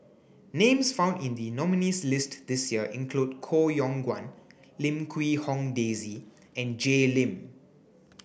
names found in the nominees' list this year include Koh Yong Guan Lim Quee Hong Daisy and Jay Lim